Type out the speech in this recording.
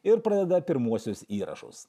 ir pradeda pirmuosius įrašus